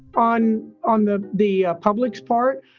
on on the the public's part,